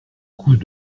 couche